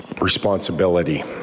responsibility